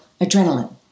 adrenaline